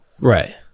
Right